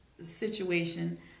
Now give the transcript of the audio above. situation